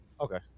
Okay